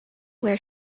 where